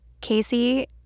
Casey